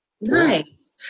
Nice